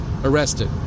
arrested